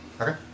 Okay